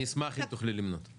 אשמח אם תוכלי למנות אותם.